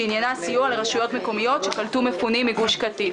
שעניינה סיוע לרשויות מקומיות שקלטו מפונים מגוש קטיף.